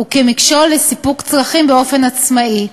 וכמכשול לסיפוק צרכים באופן עצמאי,